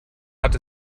hat